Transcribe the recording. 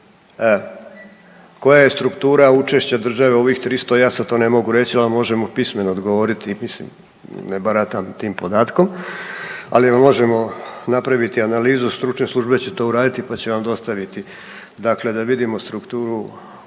Koja je struktura učešća države u ovih 300 ja sad to ne mogu reći, ali vam možemo pismeno odgovoriti, mislim ne baratam tim podatkom ali vam možemo napraviti analizu, stručne službe će to uraditi pa će vam dostaviti. Dakle, da vidimo strukturu